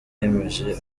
yemeje